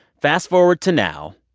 fast-forward to now.